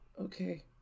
okay